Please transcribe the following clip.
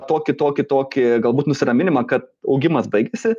tokį tokį tokį galbūt nusiraminimą kad augimas baigėsi